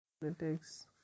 politics